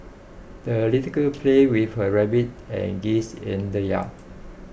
the little girl played with her rabbit and geese in the yard